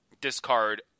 discard